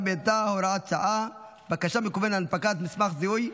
מידע (הוראת שעה) (בקשה מקוונת להנפקת מסמך זיהוי),